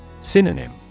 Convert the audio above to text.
Synonym